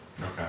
Okay